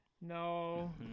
No